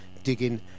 digging